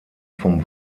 vom